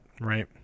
right